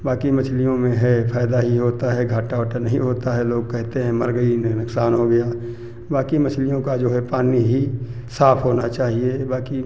बाकी मछलियों में है फ़ायदा ही होता है घाटा ओटा नहीं होता है लोग कहते हैं मर गई नहीं नुकसान हो गया बाकी मछलियों का जो है पानी ही साफ होना चाहिए बाकी